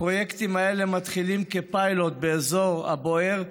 הפרויקטים האלה מתחילים כפיילוט באזור הבוער,